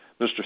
Mr